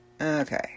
Okay